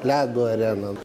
ledo arena